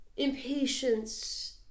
impatience